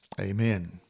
Amen